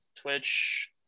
Twitch